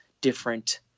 different